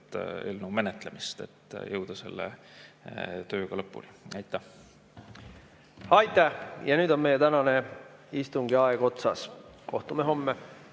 eelnõu menetlemist, et jõuda selle tööga lõpuni. Aitäh! Aitäh! Ja nüüd on meie tänane istungiaeg otsas. Kohtume homme.